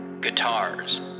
Guitars